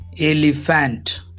elephant